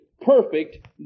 perfect